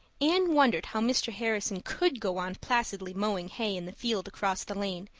anne wondered how mr. harrison could go on placidly mowing hay in the field across the lane,